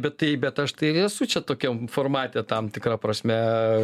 bet tai bet aš tai esu čia tokiam formate tam tikra prasme